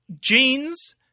jeans